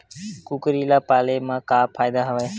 कुकरी ल पाले म का फ़ायदा हवय?